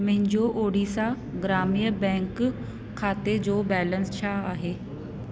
मुंहिंजो ओडिशा ग्राम्य बैंक खाते जो बैलेंस छा आहे